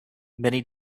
many